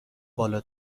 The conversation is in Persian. بالا